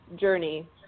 journey